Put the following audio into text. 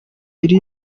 biri